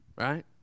right